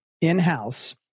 in-house